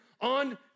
on